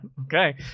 okay